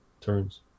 turns